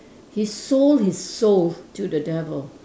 he sold his soul to the devil